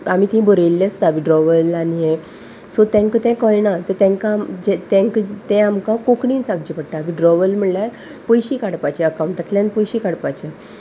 आमी थंय बरयल्ले आसता विड्रॉवल आनी हे सो तेंका ते कळना तेंकां तेंका ते आमकां कोंकणीन सांगचे पडटा विदड्रॉवल म्हणल्यार पयशे काडपाचे अकावंटांतल्यान पयशे काडपाचे